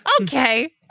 Okay